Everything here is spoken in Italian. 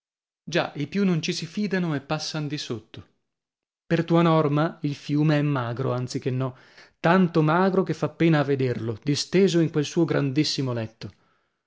già i più non ci si fidano e passan di sotto per tua norma il fiume è magro anzi che no tanto magro che fa pena a vederlo disteso in quel suo grandissimo letto